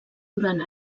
durant